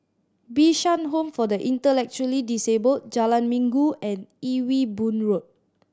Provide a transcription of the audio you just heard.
Bishan Home for the Intellectually Disabled Jalan Minggu and Ewe Boon Road